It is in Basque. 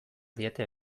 diete